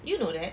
you know that